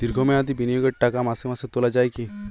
দীর্ঘ মেয়াদি বিনিয়োগের টাকা মাসে মাসে তোলা যায় কি?